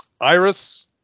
iris